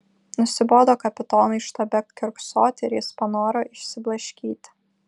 nusibodo kapitonui štabe kiurksoti ir jis panoro išsiblaškyti